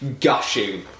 gushing